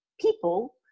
people